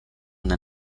una